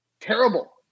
terrible